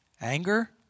Anger